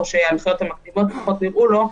או שההנחיות המקדימות פחות נראו לו,